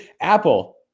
Apple